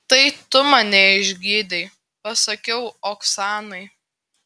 tai tu mane išgydei pasakiau oksanai